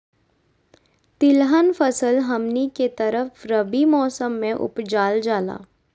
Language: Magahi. तिलहन फसल हमनी के तरफ रबी मौसम में उपजाल जाला